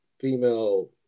female